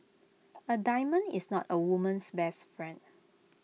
A diamond is not A woman's best friend